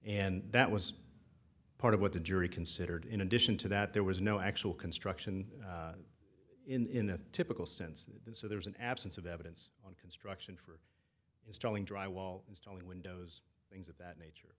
and that was part of what the jury considered in addition to that there was no actual construction in a typical sense so there's an absence of evidence on construction for installing dry wall installing windows things of that nature